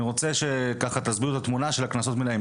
אני רוצה שתסבירו את התמונה של קנסות מינהליים.